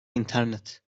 i̇nternet